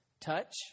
touch